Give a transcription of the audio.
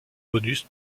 bonus